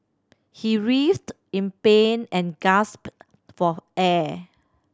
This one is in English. he writhed in pain and gasped for air